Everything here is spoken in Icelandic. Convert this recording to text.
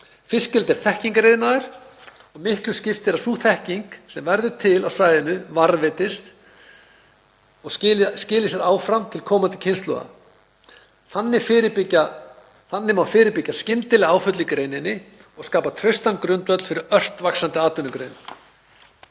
Fiskeldi er þekkingariðnaður og miklu skiptir að sú þekking sem verður til á svæðinu varðveitist og skili sér áfram til komandi kynslóða. Þannig má fyrirbyggja skyndileg áföll í greininni og skapa traustan grundvöll fyrir ört vaxandi atvinnugrein.